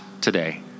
today